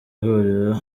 huriro